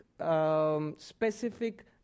specific